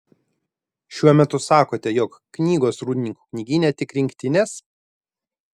šiuo metu sakote jog knygos rūdninkų knygyne tik rinktinės